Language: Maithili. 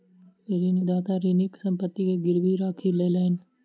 ऋणदाता ऋणीक संपत्ति के गीरवी राखी लेलैन